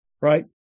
right